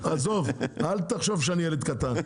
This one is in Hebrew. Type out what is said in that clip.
אל תחשוב שאני ילד קטן.